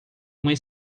uma